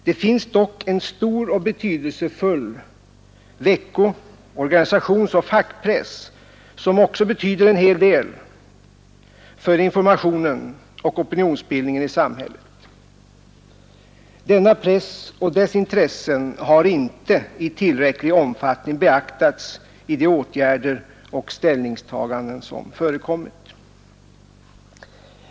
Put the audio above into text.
Det finns dock en stor och betydelsefull vecko-, organisationsoch fackpress som också betyder en hel del för informationen och opinionsbildningen i samhället. Denna press och dess intressen har inte i tillräcklig omfattning beaktats i de åtgärder och ställningstaganden som förekommit.